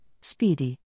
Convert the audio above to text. speedy